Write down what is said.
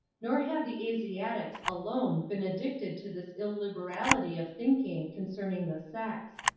nor have the asiatics alone been addicted to this illiberality of thinking concerning the sex.